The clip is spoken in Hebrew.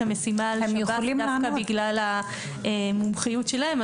המשימה על שירות בתי הסוהר בגלל המומחיות שלהם,